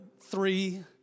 three